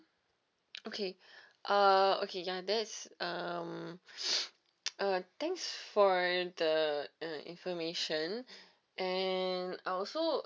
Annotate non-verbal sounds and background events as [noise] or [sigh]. [noise] okay uh okay ya that's um [breath] [noise] uh thanks for the uh information and I also